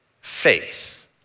Faith